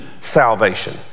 salvation